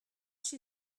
she